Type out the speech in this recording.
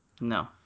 No